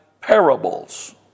parables